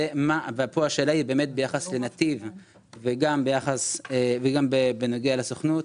ופה השאלה היא באמת ביחס לנתיב וגם בנוגע לסוכנות.